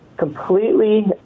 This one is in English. Completely